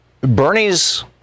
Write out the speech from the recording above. Bernie's